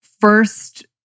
first